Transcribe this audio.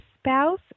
spouse